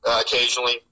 occasionally